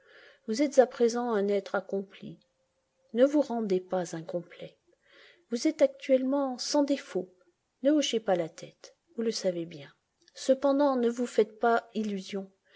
vous êtes à présent un être accompli ne vous rendez pas incomplet vous êtes actuellement sans défaut ne hochez pas la tête vous le savez bien cependant ne vous faites pas illusion